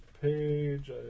page